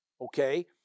okay